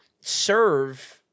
serve